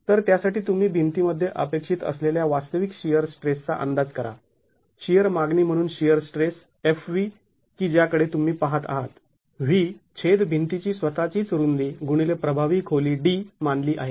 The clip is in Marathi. तर त्यासाठी तुम्ही भिंतीमध्ये अपेक्षित असलेल्या वास्तविक शिअर स्ट्रेसचा अंदाज करा शिअर मागणी म्हणून शिअर स्ट्रेस f v की ज्याकडे तुम्ही पाहत आहात V छेद भिंतीची स्वतःचीच रुंदी गुणिले प्रभावी खोली d मानली आहे